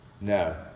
No